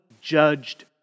judged